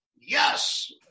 yes